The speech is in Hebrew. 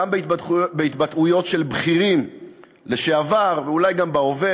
גם בהתבטאויות של בכירים לשעבר ואולי גם בהווה,